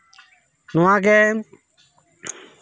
ᱱᱚᱣᱟᱜᱮ